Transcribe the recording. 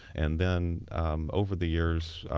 and then over the years,